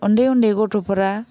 उन्दै उन्दै गथ'फोरा